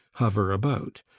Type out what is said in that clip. hover about,